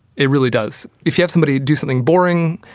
it really does. if you have somebody do something boring,